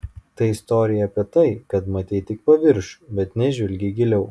tai istorija apie tai kad matei tik paviršių bet nežvelgei giliau